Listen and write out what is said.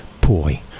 boy